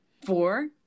Four